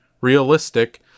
realistic